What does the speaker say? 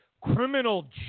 criminal